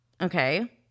Okay